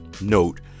note